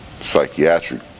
psychiatric